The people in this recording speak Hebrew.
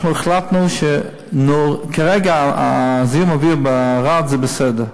אנחנו החלטנו שכרגע מצב זיהום האוויר בערד הוא בסדר,